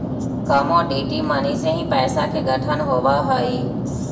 commodity money से ही पैसा के गठन होवऽ हई